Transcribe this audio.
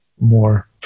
more